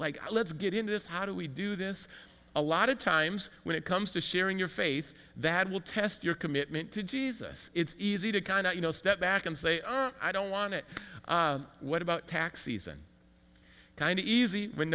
like let's get into this how do we do this a lot of times when it comes to sharing your faith that will test your commitment to jesus it's easy to kind of you know step back and say i don't want it what about tax season kind of easy when